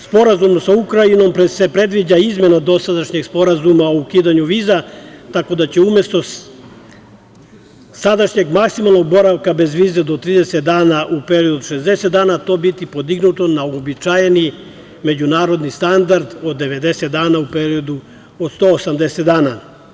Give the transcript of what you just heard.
Sporazumom sa Ukrajinom se predviđa izmena dosadašnjeg sporazuma o ukidanju viza, tako da će umesto sadašnjeg maksimalnog boravka bez vize do 30 dana u periodu od 60 dana, to biti podignuto na uobičajeni međunarodni standard od 90 dana u periodu od 180 dana.